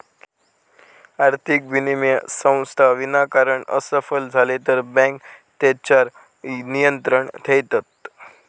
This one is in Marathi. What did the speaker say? आर्थिक विनिमय संस्था विनाकारण असफल झाले तर बँके तेच्यार नियंत्रण ठेयतत